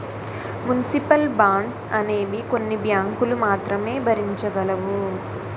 municipal bonds అనేవి కొన్ని బ్యాంకులు మాత్రమే భరించగలవు